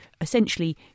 essentially